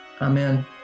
amen